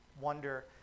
wonder